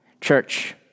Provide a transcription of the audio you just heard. Church